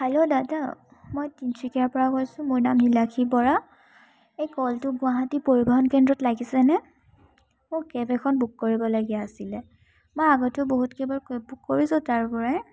hello দাদা মই তিনচুকীয়াৰ পৰা কৈছোঁ মোৰ নাম নিলাক্ষী বৰা এই কলটো গুৱাহাটী পৰিবহণ কেন্দ্ৰত লাগিছেনে মোক কেব এখন বুক কৰিবলগীয়া আছিলে মই আগতেও বহুত কেব বুক কৰিছোঁ তাৰ পৰাই